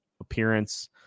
appearance